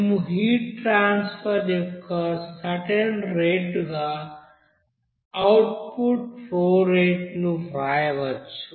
మేము heat transfer యొక్క certain రేటుగా అవుట్పుట్ ఫ్లో రేటును వ్రాయవచ్చు